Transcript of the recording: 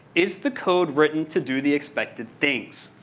is the code written to do the expected things?